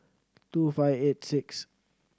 two five eight sixth